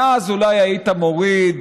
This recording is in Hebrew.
ואז אולי היית מוריד